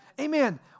Amen